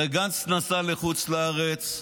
הרי גנץ נסע לחוץ לארץ,